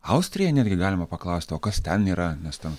austrija netgi galima paklausti o kas ten yra nes ten